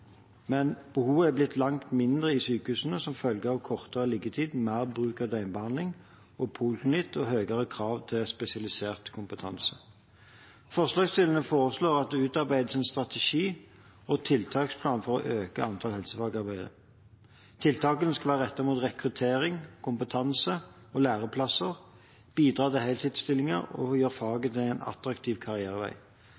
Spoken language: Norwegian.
men behovet er blitt langt mindre i sykehusene som følge av kortere liggetid, mer bruk av døgnbehandling og poliklinikk og høyere krav til spesialisert kompetanse. Forslagsstillerne foreslår at det utarbeides en strategi og tiltaksplan for å øke antall helsefagarbeidere. Tiltakene skal være rettet mot rekruttering, kompetanse og læreplasser, bidra til heltidsstillinger og gjøre